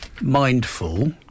mindful